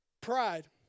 pride